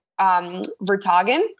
Vertagen